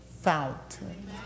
fountain